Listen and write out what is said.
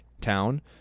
Town